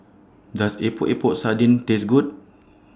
Does Epok Epok Sardin Taste Good